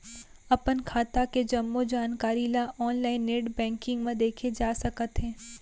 अपन खाता के जम्मो जानकारी ल ऑनलाइन नेट बैंकिंग म देखे जा सकत हे